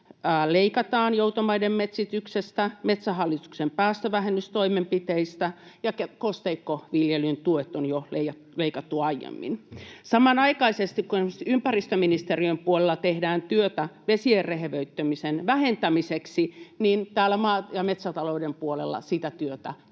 leikataan joutomaiden metsityksestä, Metsähallituksen päästövähennystoimenpiteistä, ja kosteikkoviljelyn tuet on jo leikattu aiemmin. Samanaikaisesti, kun esimerkiksi ympäristöministeriön puolella tehdään työtä vesien rehevöitymisen vähentämiseksi, täällä maa- ja metsätalouden puolella sitä työtä ei